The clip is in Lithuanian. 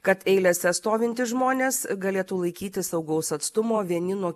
kad eilėse stovintys žmonės galėtų laikytis saugaus atstumo vieni nuo